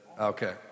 Okay